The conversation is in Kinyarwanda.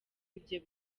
ibyo